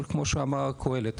כמו שאמר קהלת,